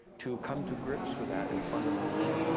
to come to grips with that, in a fundamental way,